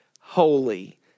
holy